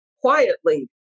quietly